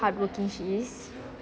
hardworking she is